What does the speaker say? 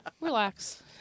Relax